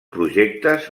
projectes